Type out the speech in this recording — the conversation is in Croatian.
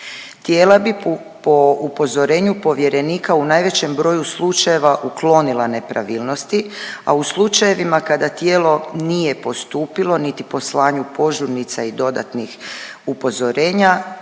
Tijela bi po upozorenju povjerenika u najvećem broju slučajeva uklonila nepravilnosti, a u slučajevima kada tijelo nije postupilo niti po slanju požurnica i dodatnih upozorenja,